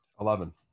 Eleven